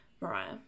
Mariah